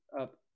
up